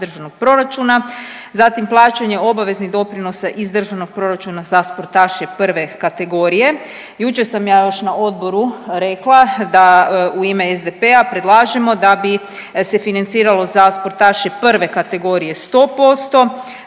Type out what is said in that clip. iz državnog proračuna. Zatim plaćanje obaveznih doprinosa iz državnog proračuna za sportaše prve kategorije. Jučer sam ja još na odboru rekla da u ime SDP-a predlažemo da bi se financiralo za sportaše prve kategorije 100%